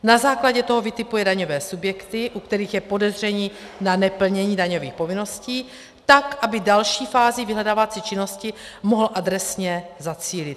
Na základě toho vytipuje daňové subjekty, u kterých je podezření na neplnění daňových povinností, tak aby další fázi vyhledávací činnosti mohl adresně zacílit.